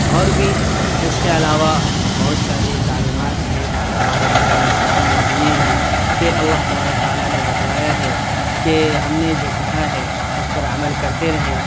اور بھی اس کے علاوہ بہت ساری تعلیمات ہیں ہمارے مذہبِ اسلام نے دیے ہیں کہ اللہ تبارک تعالیٰ نے بتلایا ہے کہ ہم نے جو کہا ہے اس پر عمل کرتے رہیں